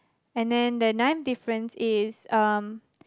and then the nine difference is um